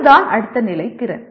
அதுதான் அடுத்த நிலை திறன்